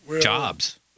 Jobs